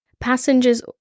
Passengers